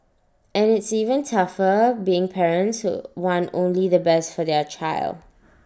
and it's even tougher being parents who want only the best for their child